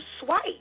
swipe